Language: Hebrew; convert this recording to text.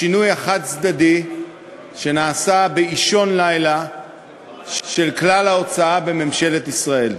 השינוי החד-צדדי שנעשה באישון לילה של כלל ההוצאה בממשלת ישראל.